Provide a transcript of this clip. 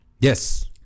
Yes